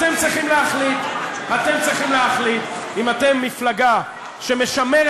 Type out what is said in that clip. אתם צריכים להחליט אם אתם מפלגה שמשמרת